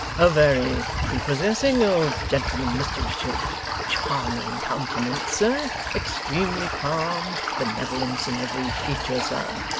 a very prepossessing old gentleman, mr richard charming countenance, sir extremely calm benevolence in every feature, sir.